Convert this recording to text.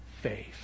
faith